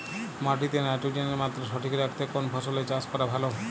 মাটিতে নাইট্রোজেনের মাত্রা সঠিক রাখতে কোন ফসলের চাষ করা ভালো?